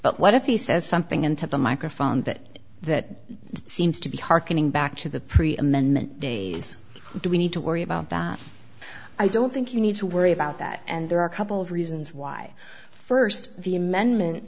but what if he says something into the microphone that that seems to be hearkening back to the pre amendment days do we need to worry about that i don't think you need to worry about that and there are a couple of reasons why first the amendment